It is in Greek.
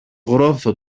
γρόθο